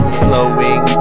flowing